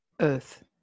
Earth